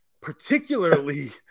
particularly